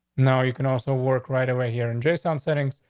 no, you can also work right away here and jason um settings.